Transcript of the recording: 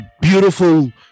beautiful